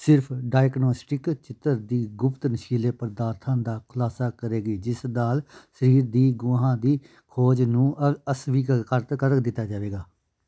ਸਿਰਫ਼ ਡਾਇਗਨੌਸਟਿਕ ਚਿੱਤਰ ਦੀ ਗੁਪਤ ਨਸ਼ੀਲੇ ਪਦਾਰਥਾਂ ਦਾ ਖੁਲਾਸਾ ਕਰੇਗੀ ਜਿਸ ਨਾਲ ਸਰੀਰ ਦੀ ਗੁਹਾ ਦੀ ਖੋਜ ਨੂੰ ਅਸਵੀਕਾਰਤ ਕਰ ਦਿੱਤਾ ਜਾਵੇਗਾ